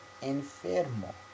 enfermo